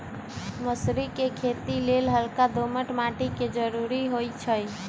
मसुरी कें खेति लेल हल्का दोमट माटी के जरूरी होइ छइ